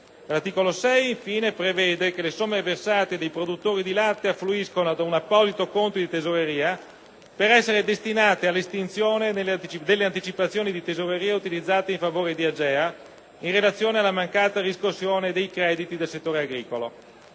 L'articolo 6, infine, prevede che le somme versate dai produttori di latte affluiscano ad un apposito conto di tesoreria, per essere destinate all'estinzione delle anticipazioni di tesoreria utilizzate in favore dell'AGEA, in relazione alla mancata riscossione dei crediti del settore agricolo.